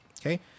Okay